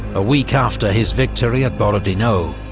a week after his victory at borodino,